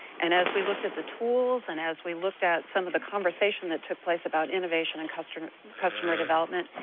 and as we looked at the tools, and as we looked at some of the conversation that took place, about innovation and customer customer development,